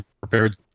prepared